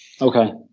okay